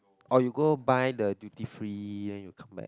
or you go buy the duty free then you come back